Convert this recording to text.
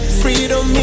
freedom